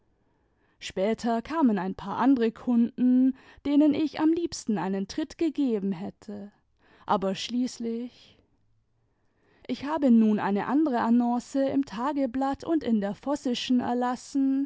später kamen ein paar andere kunden denen ich am liebsten einen tritt gegeben hätte aber schließlich ich habe nun eine andere annonce im tageblatt und in der vossischen erlassen